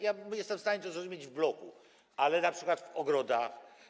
Ja jestem w stanie to zrozumieć w bloku, ale np. w ogrodach?